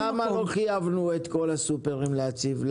אז למה לא חייבנו את כל הסופרים להציב?